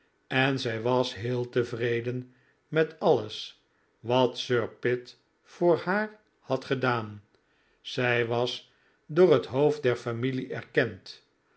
en zij was heel tevreden met alles wat sir pitt voor haar had gedaan zij was door het hoofd der familie erkend